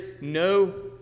no